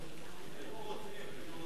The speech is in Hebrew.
היו רוצים, היו רוצים.